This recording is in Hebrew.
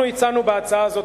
אנחנו הצענו בהצעה הזאת,